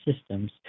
systems